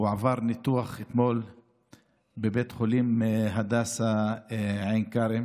הוא עבר ניתוח אתמול בבית החולים הדסה עין כרם